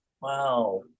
wow